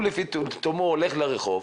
הוא לתומו הולך ברחוב,